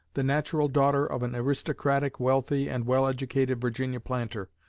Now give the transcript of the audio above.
the natural daughter of an aristocratic, wealthy, and well-educated virginia planter,